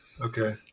Okay